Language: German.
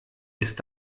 ist